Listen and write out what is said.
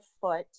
foot